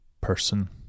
person